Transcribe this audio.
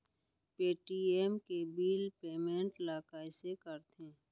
Paytm के bill payment ल कइसे करथे?